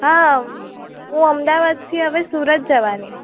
હાં હું અમદાવાદથી હવે સુરત જવાની